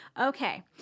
Okay